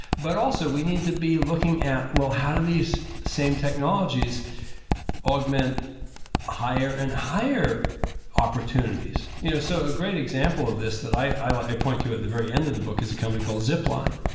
but also, we need to be looking at, at, well how do these same technologies augment higher and higher opportunities? you know so a great example of this that i point to at the very end of the book is a company called zipline.